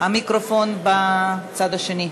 המיקרופון בצד השני.